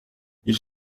ils